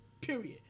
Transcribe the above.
period